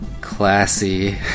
classy